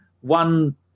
one